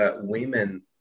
women